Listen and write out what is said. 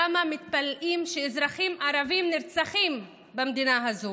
למה מתפלאים שאזרחים ערבים נרצחים במדינה הזאת?